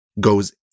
goes